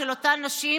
האימא